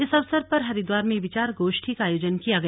इस अवसर पर हरिद्वार में विचार गोष्ठी का आयोजन किया गया